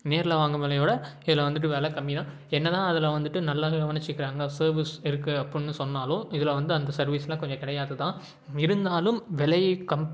நேரில் வாங்கும் விலைய விட இதில் வந்துட்டு விலை கம்மிதான் என்னதான் அதில் வந்துட்டு நல்லாவே கவனிச்சுக்குறாங்க சர்வீஸ் இருக்குது அப்புடின்னு சொன்னாலும் இதில் வந்து அந்த சர்வீஸெலாம் கொஞ்சம் கிடையாது தான் இருந்தாலும் விலை